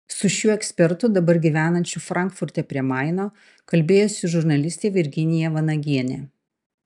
su šiuo ekspertu dabar gyvenančiu frankfurte prie maino kalbėjosi žurnalistė virginija vanagienė